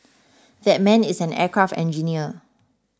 that man is an aircraft engineer